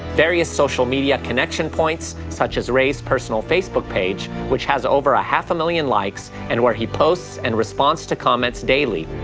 various social media connection points, such as ray's personal facebook page, which has over a half-a-million likes, and where he posts and responds to comments daily,